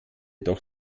doch